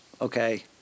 okay